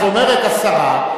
אז אומרת השרה: